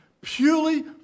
purely